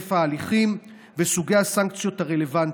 היקף ההליכים וסוגי הסנקציות הרלוונטיים: